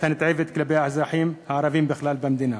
הנתעבת כלפי האזרחים הערבים בכלל במדינה.